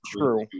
true